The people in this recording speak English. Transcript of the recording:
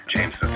James